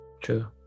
True